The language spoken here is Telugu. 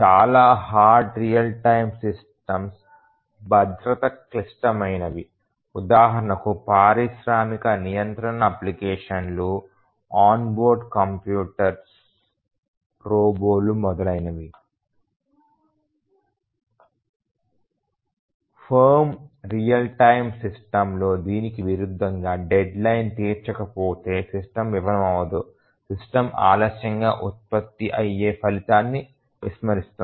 చాలా హార్డ్ రియల్ టైమ్ సిస్టమ్స్ భద్రత క్లిష్టమైనవి ఉదాహరణకు పారిశ్రామిక నియంత్రణ అప్లికేషన్ లు ఆన్ బోర్డు కంప్యూటర్లు రోబోలు మొదలైనవి ఫర్మ్ రియల్ టైమ్ సిస్టమ్లో దీనికి విరుద్ధంగా డెడ్ లైన్ తీర్చకపోతే సిస్టమ్ విఫలమవ్వదు సిస్టమ్ ఆలస్యంగా ఉత్పత్తి అయ్యే ఫలితాన్ని విస్మరిస్తుంది